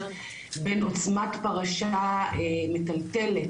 בן עוצמת פרשה מטלטלת,